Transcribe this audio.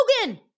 Logan